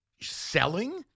selling